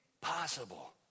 possible